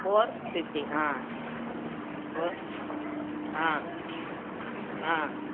four fifty ah four ah ah